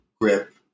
grip